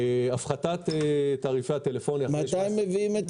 הפחתת תעריפי הטלפון --- מתי מביאים את